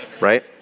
right